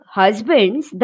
husbands